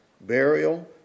burial